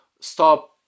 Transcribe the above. stop